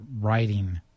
writing